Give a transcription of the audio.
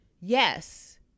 Yes